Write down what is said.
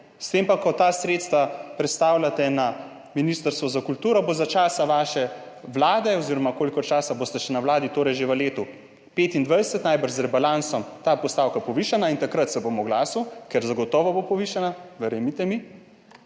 S tem pa, ko ta sredstva prestavljate na Ministrstvo za kulturo, bo za časa vaše vlade oziroma kolikor časa boste še na Vladi, torej že v letu 2025 najbrž z rebalansom ta postavka povišana in takrat se bom oglasil, ker bo zagotovo povišana, verjemite mi,